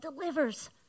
delivers